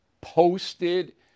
posted